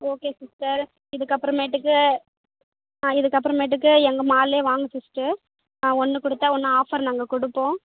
okay sister இதுக்கப்புறமேட்டுக்கு ஆ இதுக்கப்புறமேட்டுக்கு எங்கள் மாலில் வாங்க சிஸ்டர் ஆ ஒன்று கொடுத்தா ஒன்று ஆஃபர் நாங்கள் கொடுப்போம்